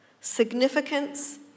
significance